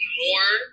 more